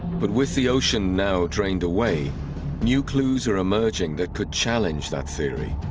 but with the ocean now drained away new clues are emerging that could challenge that theory